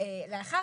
אגב,